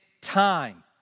time